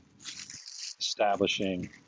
establishing